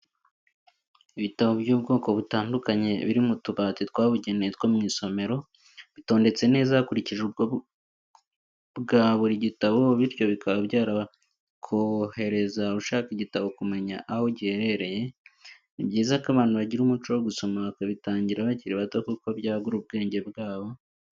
Ibitabo by'ubwoko butandukanye biri mu tubati twabugenewe two mw'isomero, bitondetse neza hakurikijwe ubwo bwa buri gitabo bityo bikaba byakorohereza ushaka igitabo kumenya aho giherereye, ni byiza ko abantu bagira umuco wo gusoma bakabitangira bakiri bato kuko byagura ubwenge bwabo.